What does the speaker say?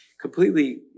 completely